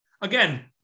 Again